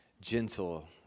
gentle